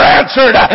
answered